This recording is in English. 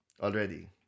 already